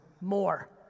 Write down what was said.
More